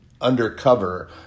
undercover